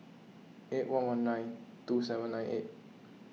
eight one one nine two seven nine eight